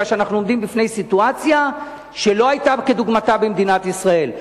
מכיוון שאנחנו עומדים בפני סיטואציה שלא היתה כדוגמתה במדינת ישראל,